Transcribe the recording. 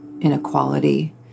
inequality